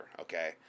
okay